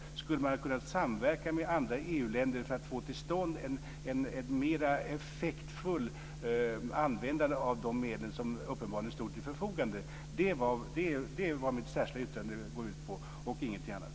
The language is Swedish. Skulle man ha kunnat samverka med andra EU-länder för att få till stånd ett mer effektivt användande av de medel som uppenbarligen stod till förfogande? Det är vad mitt särskilda yttrande går ut på och ingenting annat.